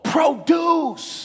Produce